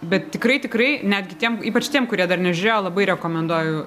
bet tikrai tikrai netgi tiem ypač tiem kurie dar nežiūrėjo labai rekomenduoju